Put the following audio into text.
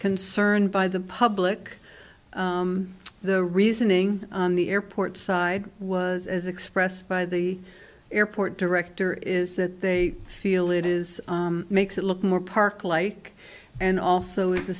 concern by the public the reasoning on the airport side was as expressed by the airport director is that they feel it is makes it look more park like and also